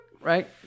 Right